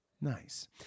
Nice